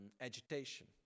agitation